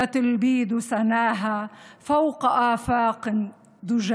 והרבה בהדרה.